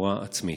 טהורה עצמית: